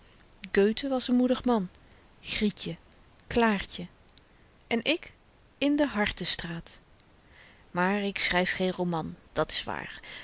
göthe was n moedig man grietje klaartje en ik in de hartenstraat maar ik schryf geen roman dat s waar